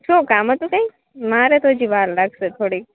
શું કામ હતું કંઈ મારે તો હજી વાર લાગશે થોડીક